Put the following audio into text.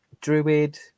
druid